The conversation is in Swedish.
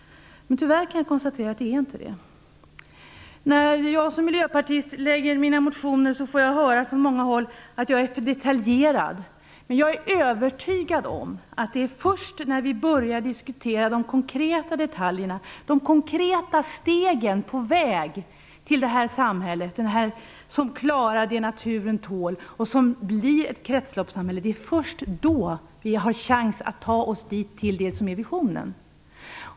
Men tyvärr kan jag konstatera att så inte är fallet. När jag som miljöpartist väcker motioner får jag höra från många håll att jag är för detaljerad. Men jag är övertygad om att det är först när vi börjar diskutera de konkreta detaljerna, de konkreta stegen på väg till det samhälle vi talar om, det som tar hänsyn till vad naturen tål och som blir ett kretsloppssamhälle, det är först då vi har chans att ta oss till det som är visionen.